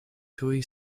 tuj